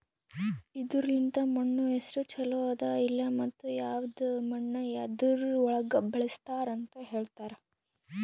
ಇದುರ್ ಲಿಂತ್ ಮಣ್ಣು ಎಸ್ಟು ಛಲೋ ಅದ ಇಲ್ಲಾ ಮತ್ತ ಯವದ್ ಮಣ್ಣ ಯದುರ್ ಒಳಗ್ ಬಳಸ್ತಾರ್ ಅಂತ್ ಹೇಳ್ತಾರ್